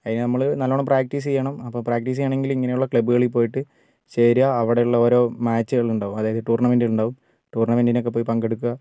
അതിന് നമ്മള് നല്ലോണം പ്രാക്റ്റീസ് ചെയ്യണം അപ്പോൾ പ്രാക്റ്റീസ് ചെയ്യണമെങ്കിൽ ഇങ്ങനെയുള്ള ക്ലബ്ബുകളിൽ പോയിട്ട് ചേരുക അവിടെയുള്ള ഓരോ മാച്ചുകൾ ഉണ്ടാകും അതായത് ടൂർണമെൻറ് ഉണ്ടാകും ടൂർണമെന്റിനൊക്കെ പോയി പങ്കെടുക്കുക